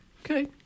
Okay